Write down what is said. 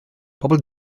pobl